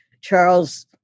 Charles